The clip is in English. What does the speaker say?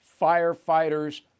firefighters